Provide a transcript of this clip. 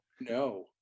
no